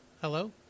hello